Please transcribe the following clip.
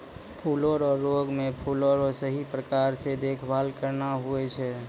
फूलो रो रोग मे फूलो रो सही प्रकार से देखभाल करना हुवै छै